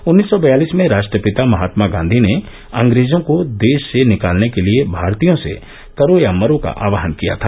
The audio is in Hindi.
उन्नीस सौ बयालिस में राष्ट्रपिता महात्मा गांधी ने अंग्रेजों को देश से निकालने के लिए भारतीयों से करो या मरो का आहवान किया था